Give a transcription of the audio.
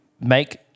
make